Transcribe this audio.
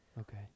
Okay